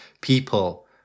People